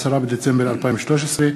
10 בדצמבר 2013,